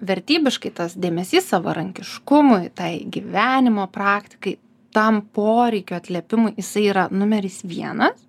vertybiškai tas dėmesys savarankiškumui tai gyvenimo praktikai tam poreikių atlėpimui jisai yra numeris vienas